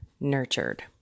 nurtured